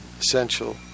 essential